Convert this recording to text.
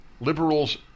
Liberals